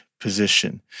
position